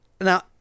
now